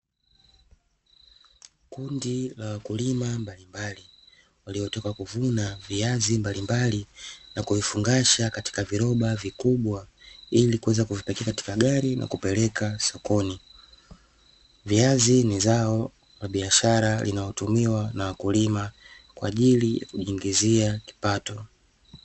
Kundi la wakulima mbalimbali waliotoka kuvuna viazi mbalimbali na kuvifungasha katika viroba vikubwa ili kuweza kuvipaki katika gari na kupeleka sokoni. Viazi ni zao la biashara linalotumiwa na wakulima kwa ajili ya kujipatia kipato.